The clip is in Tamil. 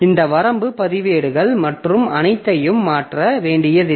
இந்த வரம்பு பதிவேடுகள் மற்றும் அனைத்தையும் மாற்ற வேண்டியதில்லை